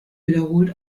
wiederholt